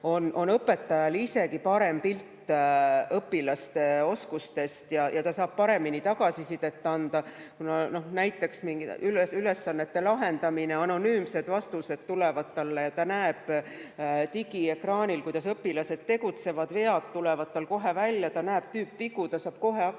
on õpetajal isegi parem pilt õpilaste oskustest ja ta saab paremini tagasisidet anda. Näiteks mingite ülesannete lahendamisel saab ta anonüümsed vastused, ta näeb digiekraanil, kuidas õpilased tegutsevad, vead tulevad kohe välja, ta näeb tüüpvigu ja saab kohe hakata